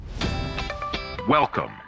Welcome